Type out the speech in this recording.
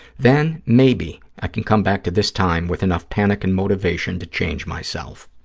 then maybe i can come back to this time with enough panic and motivation to change myself.